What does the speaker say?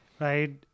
Right